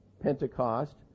pentecost